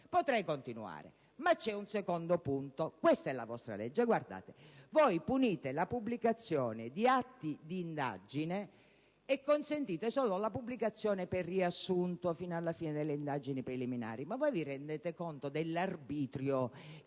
Potrei continuare, ma c'è un secondo punto. Questa è la vostra legge, guardate: punite la pubblicazione di atti di indagine e consentite solo la pubblicazione per riassunto fino alla fine delle indagini preliminari. Ma vi rendete conto dell'arbitrio